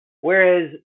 Whereas